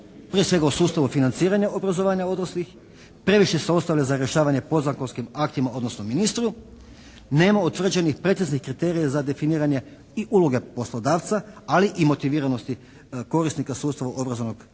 prije svega u sustavu financiranja obrazovanja odraslih. Previše … /Govornik se ne razumije./ … zakašnjavanje podzakonskim aktima odnosno ministru. Nema utvrđenih preciznih kriterija za definiranje uloge poslodavca ali i motiviranosti korisnika sustava obrazovnog, sustava